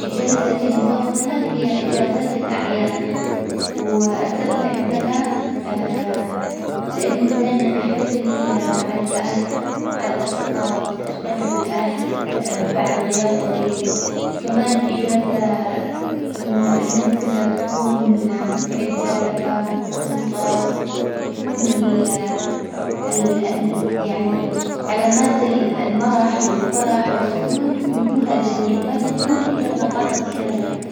إجازتي المفظلة هي إجازات الأعياد، وأستمتع بها لإنه دايما أحتفل مع الأهل، مع الأصدقاء، أجتمع بالأهل بعد غياب طويل، كمان إجازة إنه الناس كلها بتكون مستعدة لها ومبسوطة، وبتكون ال- ال- يعني علامات المرح والفرح والسرور في وجوه الجميع، ما بيكون إجازة خاصة بي أنا لوحدي.